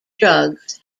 drugs